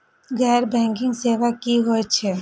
गैर बैंकिंग सेवा की होय छेय?